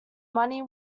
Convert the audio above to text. money